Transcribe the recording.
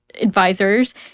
advisors